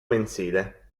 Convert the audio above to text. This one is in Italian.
mensile